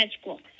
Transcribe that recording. School